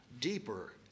deeper